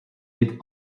mit